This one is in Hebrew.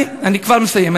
אני כבר מסיים.